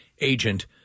agent